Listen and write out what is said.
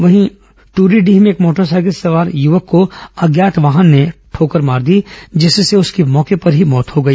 वहीं टरीडीह में एक मोटरसाइकिल सवार युवक को अज्ञात वाहन ने ठोकर मार दी जिससे उसकी मौके पर ही मौत हो गई